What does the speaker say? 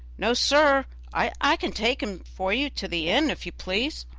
no, sir i can take him for you to the inn, if you please.